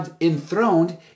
enthroned